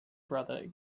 brother